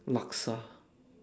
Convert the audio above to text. laksa